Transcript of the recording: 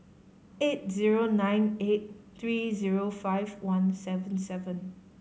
eight zero nine eight three zero five one seven seven